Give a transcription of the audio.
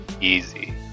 easy